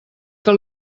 que